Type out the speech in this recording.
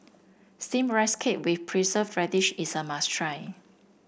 steam Rice Cake with preserve radish is a must try